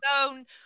own